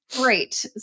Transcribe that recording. Great